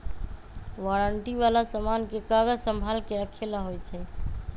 warranty वाला समान के कागज संभाल के रखे ला होई छई